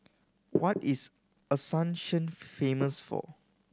what is Asuncion famous for